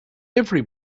every